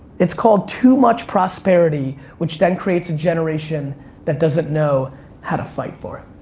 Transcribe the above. it's called too much prosperity which then creates a generation that doesn't know how to fight for it.